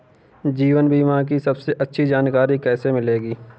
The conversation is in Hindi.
जीवन बीमा की सबसे अच्छी जानकारी कैसे मिलेगी?